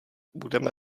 budeme